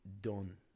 done